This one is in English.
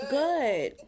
good